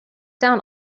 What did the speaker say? down